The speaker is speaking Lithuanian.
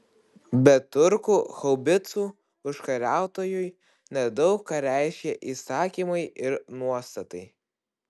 bet turkų haubicų užkariautojui nedaug ką reiškė įsakymai ir nuostatai